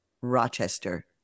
Rochester